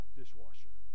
dishwasher